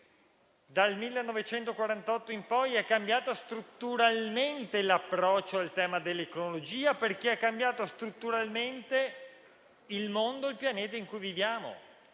dal 1948 in poi, è cambiato strutturalmente l'approccio al tema dell'ecologia perché è cambiato strutturalmente il mondo e il pianeta in cui viviamo.